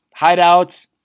hideouts